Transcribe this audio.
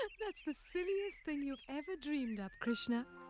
that's the silliest thing you've ever dreamed up, krishna.